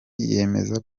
yemeza